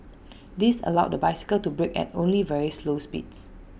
this allowed the bicycle to brake at only very slow speeds